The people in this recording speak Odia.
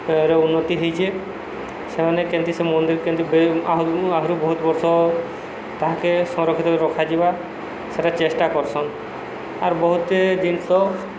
ଏହାର ଉନ୍ନତି ହେଇଛେ ସେମାନେ କେମିତି ସେ ମନ୍ଦିର କେମିତି ଆହୁରି ବହୁତ ବର୍ଷ ତାହାକେ ସଂରକ୍ଷିତ ରଖାଯିବା ସେଟା ଚେଷ୍ଟା କରସନ୍ ଆର୍ ବହୁତଟେ ଜିନିଷ